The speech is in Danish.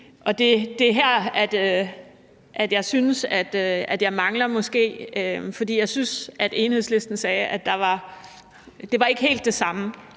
det er her, jeg synes at jeg måske mangler noget, for jeg synes, at Enhedslisten sagde, at det ikke var helt det samme